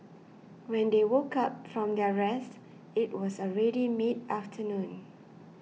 when they woke up from their rest it was already mid afternoon